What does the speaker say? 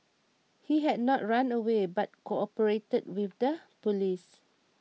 he had not run away but cooperated with the police